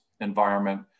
environment